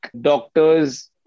doctors